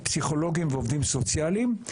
פסיכולוגים ועובדים סוציאליים,